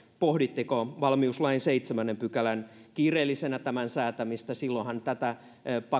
pohditteko valmiuslain seitsemännen pykälän kiireellisenä säätämistä silloinhan tätä